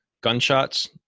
gunshots